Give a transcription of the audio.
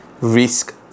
risk